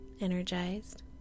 energized